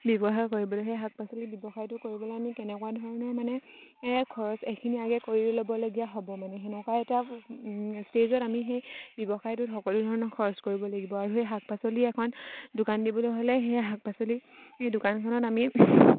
ব্যৱসায় কৰিব লাগে সেই শাক পাচলি ব্যৱসায়টো কৰিবলৈ আমি কেনেকুৱা ধৰণৰ মানে খৰচ এইখিনি আগে কৰি ল'বলগীয়া হ'ব মানে সেনেকুৱা এটা ষ্টেজত আমি সেই ব্যৱসায়টোত সকলো ধৰণৰ খৰচ কৰিব লাগিব আৰু সেই শাক পাচলি এখন দোকান দিবলৈ হ'লে সেই শাক পাচলি সেই দোকানখনত আমি